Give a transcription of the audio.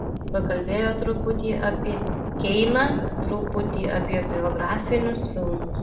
pakalbėjo truputį apie keiną truputį apie biografinius filmus